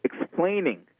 explaining